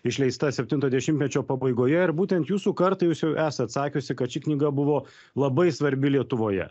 išleista septinto dešimtmečio pabaigoje ir būtent jūsų kartai jūs jau esat sakiusi kad ši knyga buvo labai svarbi lietuvoje